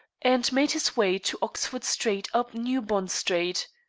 and made his way to oxford street up new bond street.